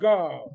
God